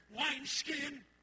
wineskin